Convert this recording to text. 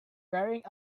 wearing